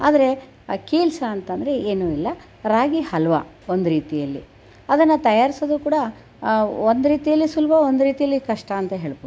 ಆದರೆ ಆ ಕೀಲ್ಸಾ ಅಂತಂದರೆ ಏನು ಇಲ್ಲ ರಾಗಿ ಹಲ್ವ ಒಂದು ರೀತಿಯಲ್ಲಿ ಅದನ್ನು ತಯಾರಿಸೋದು ಕೂಡ ಒಂದು ರೀತೀಲಿ ಸುಲಭ ಒಂದು ರೀತೀಲಿ ಕಷ್ಟ ಅಂತ ಹೇಳ್ಬಹುದು